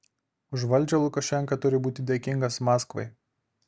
už valdžią lukašenka turi būti dėkingas maskvai